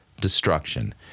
destruction